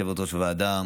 יושבת-ראש הוועדה,